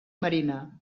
marina